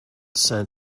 sent